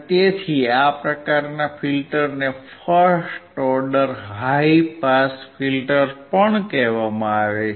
તેથી આ પ્રકારના ફિલ્ટરને first order high pass filter પણ કહેવામાં આવે છે